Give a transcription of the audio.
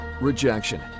rejection